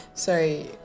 sorry